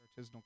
Artisanal